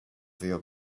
your